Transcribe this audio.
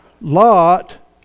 Lot